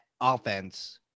offense